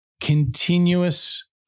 continuous